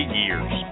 years